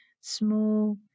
small